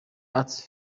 arts